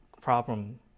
problem